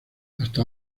hasta